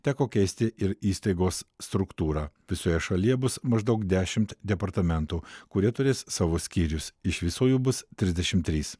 teko keisti ir įstaigos struktūrą visoje šalyje bus maždaug dešimt departamentų kurie turės savo skyrius iš viso jų bus trisdešim trys